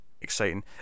exciting